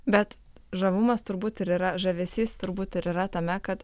bet žavumas turbūt ir yra žavesys turbūt ir yra tame kad